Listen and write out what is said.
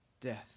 Death